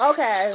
Okay